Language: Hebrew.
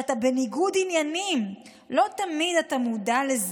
כשאתה בניגוד עניינים לא תמיד אתה מודע לזה,